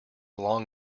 long